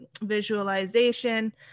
visualization